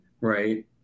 right